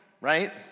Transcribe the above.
right